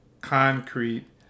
concrete